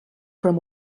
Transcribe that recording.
from